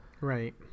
Right